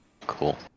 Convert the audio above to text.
Cool